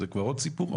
זה כבר עוד סיפור,